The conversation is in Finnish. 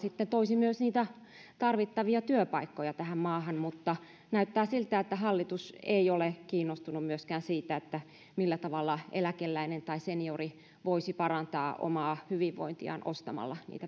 toisi niitä tarvittavia työpaikkoja tähän maahan mutta näyttää siltä että hallitus ei ole kiinnostunut myöskään siitä millä tavalla eläkeläinen tai seniori voisi parantaa omaa hyvinvointiaan ostamalla niitä